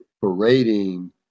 parading